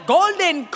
Golden